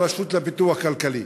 עם הרשות לפיתוח כלכלי.